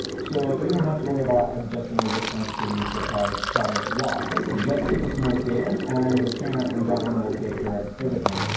so you don't have to worry about adjusting resistance to reach target target watts. just keep a smooth cadence, and your trainer and garmin will take care of everything.